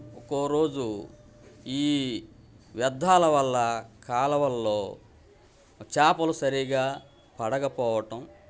ఒక్కోరోజు ఈ వ్యర్థాల వల్ల కాలవల్లో చాపలు సరిగా పడకపోవటం